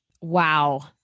Wow